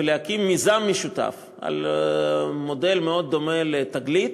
ולהקים מיזם משותף במודל מאוד דומה ל"תגלית",